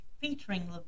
featuring